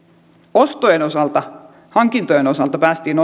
ostojen osalta hankintojen osalta päästiin